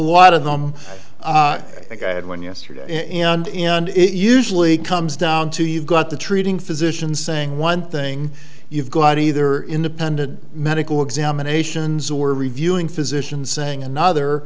lot of them and i had one yesterday and it usually comes down to you've got the treating physicians saying one thing you've got either independent medical examinations or reviewing physicians saying another